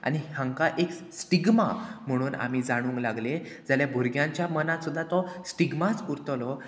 आनी हांकां एक स्टिगमा म्हणून आमी जाणूंक लागले जाल्यार भुरग्यांच्या मनांत सुद्दां तो स्टिगमाच उरतलो